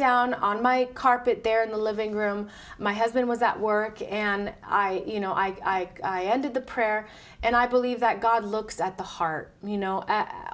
down on my carpet there in the living room my husband was at work and i you know i ended the prayer and i believe that god looks at the heart you know